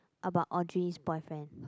about Audrey's boyfriend